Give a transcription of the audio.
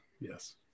Yes